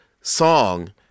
song